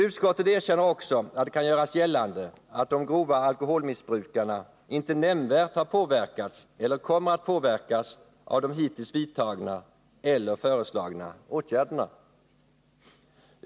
Utskottet erkänner också att det kan göras gällande att de grova alkoholmissbrukarna inte nämnvärt har påverkats eller kommer att påverkas av de hittills vidtagna eller föreslagna åtgärderna.